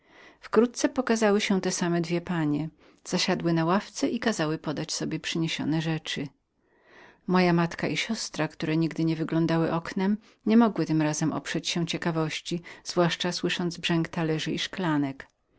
wkrótce pokazały się te same dwie panie zasiadły na ławce i kazały podać sobie przyniesione rzeczy moja matka i siostra które nigdy nie wyglądały oknem nie mogły tym razem oprzeć się ciekawości zwłaszcza słysząc brzęk talerzy i szklanek